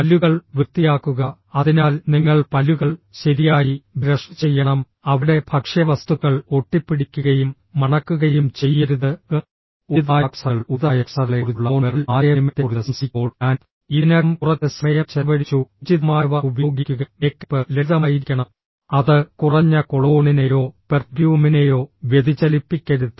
പല്ലുകൾ വൃത്തിയാക്കുക അതിനാൽ നിങ്ങൾ പല്ലുകൾ ശരിയായി ബ്രഷ് ചെയ്യണം അവിടെ ഭക്ഷ്യവസ്തുക്കൾ ഒട്ടിപ്പിടിക്കുകയും മണക്കുകയും ചെയ്യരുത് ഉചിതമായ ആക്സസറികൾ ഉചിതമായ ആക്സസറികളെക്കുറിച്ചുള്ള നോൺ വെർബൽ ആശയവിനിമയത്തെക്കുറിച്ച് സംസാരിക്കുമ്പോൾ ഞാൻ ഇതിനകം കുറച്ച് സമയം ചെലവഴിച്ചു ഉചിതമായവ ഉപയോഗിക്കുക മേക്കപ്പ് ലളിതമായിരിക്കണം അത് കുറഞ്ഞ കൊളോണിനെയോ പെർഫ്യൂമിനെയോ വ്യതിചലിപ്പിക്കരുത്